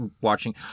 watching